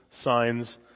signs